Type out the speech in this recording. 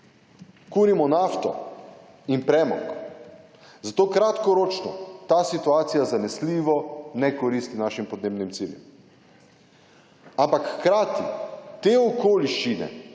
kurimo nafto in premog, zato kratkoročno ta situacija zanesljivo ne koristi našim podnebnim ciljem, ampak hkrati te okoliščine